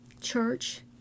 church